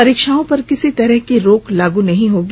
परीक्षाओं पर किसी तरह की रोक लागू नहीं होगी